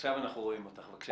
עכשיו אנחנו רואים אותך, בבקשה.